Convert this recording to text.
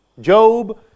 Job